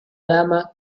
dama